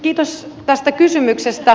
kiitos tästä kysymyksestä